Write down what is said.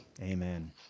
amen